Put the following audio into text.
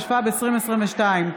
התשפ"ב 2022,